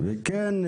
כן,